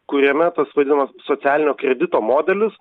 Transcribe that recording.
kuriame tas vadinamas socialinio kredito modelis